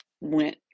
went